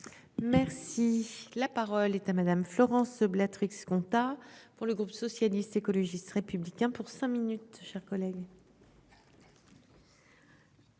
Merci. La parole est à Madame, Florence. Compta. Pour le groupe socialiste, écologiste républicains pour cinq minutes, chers collègues.